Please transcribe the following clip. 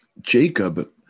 Jacob